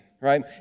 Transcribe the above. right